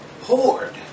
hoard